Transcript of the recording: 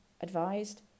advised